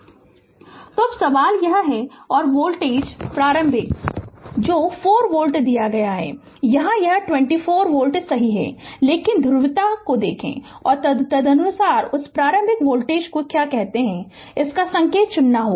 Refer Slide Time 2713 तो अब सवाल है और प्रारंभिक वोल्टेज जो 4 वोल्ट दिया गया है और यहां यह 24 वोल्ट सही है लेकिन ध्रुवीयता को देखें और तदनुसार उस प्रारंभिक वोल्टेज को क्या कहते हैं इसका संकेत चुनना होगा